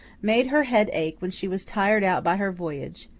made her head ache when she was tired out by her voyage,